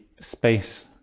Space